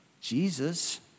Jesus